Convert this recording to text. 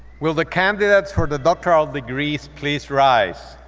will the candidates for the doctoral degrees please rise?